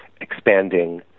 expanding